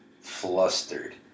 flustered